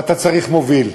ואתה צריך מוביל.